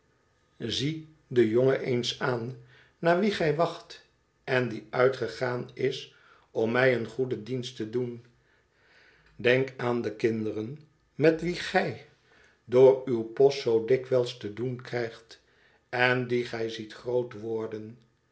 zie den jongen eens aan naar wien gij wacht en die uitgegaan is om mij een goeden dienst te doen denk aan de kinderen met wie gij door uw post zoo dikwijls te doen krijgt en die gij ziet groot worden